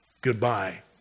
goodbye